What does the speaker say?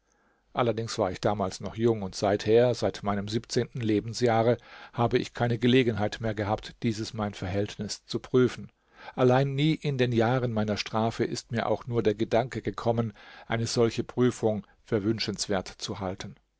allerdings war ich damals noch jung und seither seit meinem siebzehnten lebensjahre habe ich keine gelegenheit mehr gehabt dieses mein verhältnis zu prüfen allein nie in den jahren meiner strafe ist mir auch nur der gedanke gekommen eine solche prüfung für wünschenswert zu halten